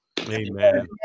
Amen